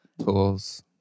Pools